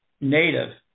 native